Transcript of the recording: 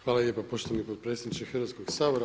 Hvala lijepa poštovani potpredsjedniče Hrvatskoga sabora.